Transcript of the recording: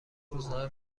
روزنامه